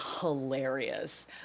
hilarious